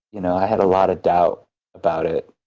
you know i had a lot of doubt about it.